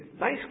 Nice